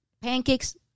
pancakes